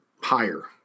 higher